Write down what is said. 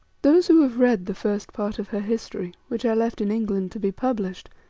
those who have read the first part of her history, which i left in england to be published,